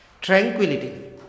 tranquility